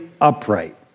upright